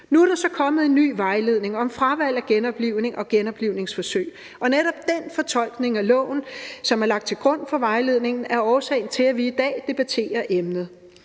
Nu er der så kommet en ny vejledning om fravalg af genoplivning og genoplivningsforsøg, og netop den fortolkning af loven, som er lagt til grund for vejledningen, er årsagen til, at vi i dag debatterer emnet.